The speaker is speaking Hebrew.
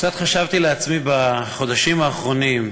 קצת חשבתי לעצמי בחודשים האחרונים,